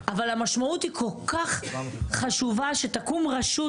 אבל המשמעות היא כל כך חשובה שתקום רשות